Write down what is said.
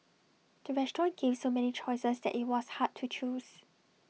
the restaurant gave so many choices that IT was hard to choose